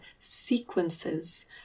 sequences